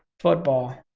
football.